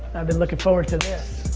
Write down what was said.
i've been looking forward to this.